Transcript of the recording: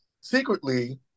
secretly